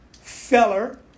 feller